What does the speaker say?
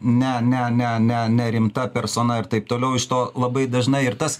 ne ne ne ne nerimta persona ir taip toliau iš to labai dažnai ir tas